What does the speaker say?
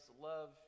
love